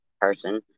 person